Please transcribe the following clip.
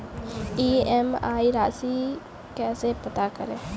EMI राशि कैसे पता करें?